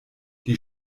die